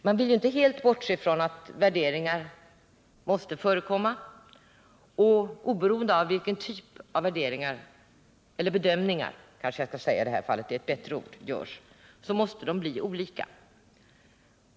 Man vill ju inte helt bortse från att värderingar måste förekomma, och oberoende av vilken typ av bedömningar som görs, så måste de bli olika.